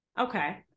Okay